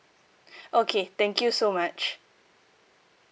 okay thank you so much